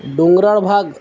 डोंगराळ भाग